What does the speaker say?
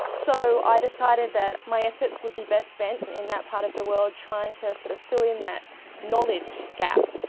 so i decided that my efforts would be best spent in that part of the world trying to sort of fill in that knowledge gap.